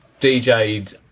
DJed